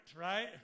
right